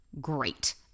Great